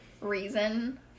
reason